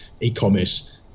e-commerce